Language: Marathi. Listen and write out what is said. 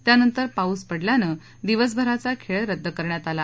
त्यांनतर पाऊस पडल्यानं दिवसभराचा खेळ रद्द करण्यात आला